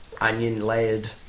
onion-layered